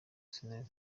arsenal